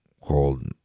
called